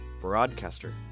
broadcaster